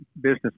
business